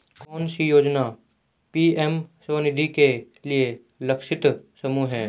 कौन सी योजना पी.एम स्वानिधि के लिए लक्षित समूह है?